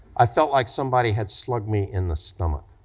i felt like somebody had slugged me in the stomach